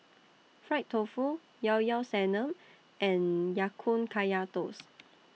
Fried Tofu Llao Llao Sanum and Ya Kun Kaya Toast